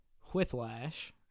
Whiplash